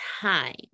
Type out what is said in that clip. time